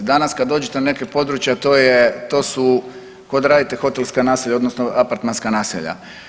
Danas kada dođete na neka područja to su ko da radite hotelska naselja odnosno apartmanska naselja.